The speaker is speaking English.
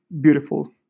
beautiful